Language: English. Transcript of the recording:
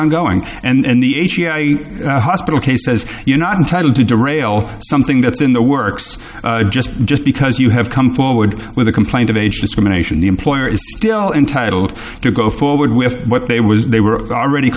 ongoing and the h e i hospital case says you're not entitled to derail something that's in the works just just because you have come forward with a complaint of age discrimination the employer is still entitled to go forward with what they was they were already